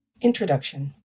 Introduction